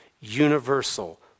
universal